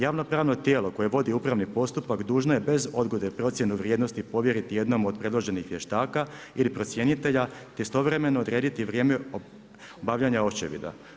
Javno pravno tijelo koje vodi upravni postupak dužno je bez odgode procjenu vrijednosti povjeriti jednom od predloženih vještaka ili procjenitelja, te istovremeno odrediti vrijeme obavljanja očevida.